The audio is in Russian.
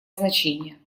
значение